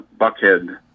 Buckhead